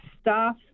staff